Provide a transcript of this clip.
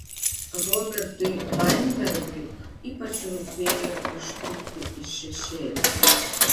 robertui vainbergui ypač rūpėjo ištrūkti iš šešėlių